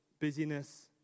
busyness